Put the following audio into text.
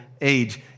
age